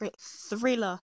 thriller